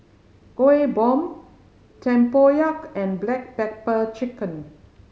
Kueh Bom tempoyak and black pepper chicken